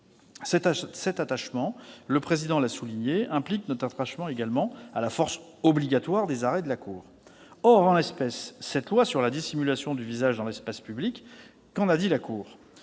Cet attachement, le Président l'a souligné, implique aussi notre attachement « à la force obligatoire des arrêts de la Cour ». En l'espèce, cette loi sur la dissimulation du visage dans l'espace public, qu'en a dit la Cour ?